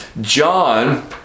John